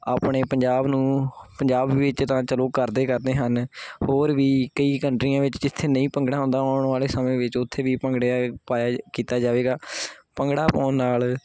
ਆਪਣੇ ਪੰਜਾਬ ਨੂੰ ਪੰਜਾਬ ਵਿੱਚ ਤਾਂ ਚੱਲੋ ਕਰਦੇ ਕਰਦੇ ਹਨ ਹੋਰ ਵੀ ਕਈ ਕੰਟਰੀਆਂ ਵਿੱਚ ਜਿੱਥੇ ਨਹੀਂ ਭੰਗੜਾ ਹੁੰਦਾ ਆਉਣ ਵਾਲੇ ਸਮੇਂ ਵਿੱਚ ਉੱਥੇ ਵੀ ਭੰਗੜੇ ਪਾਇਆ ਕੀਤਾ ਜਾਵੇਗਾ ਭੰਗੜਾ ਪਾਉਣ ਨਾਲ